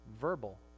verbal